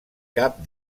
cap